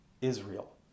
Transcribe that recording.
Israel